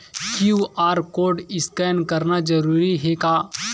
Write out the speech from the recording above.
QR code scan करना जरूरी हे का?